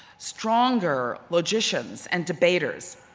stronger logicians and debaters,